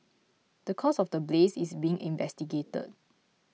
the cause of the blaze is being investigated